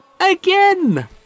Again